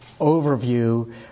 overview